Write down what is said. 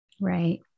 Right